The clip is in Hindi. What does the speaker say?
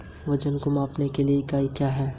वजन को मापने के लिए इकाई क्या है?